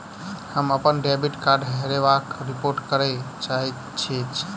हम अप्पन डेबिट कार्डक हेराबयक रिपोर्ट करय चाहइत छि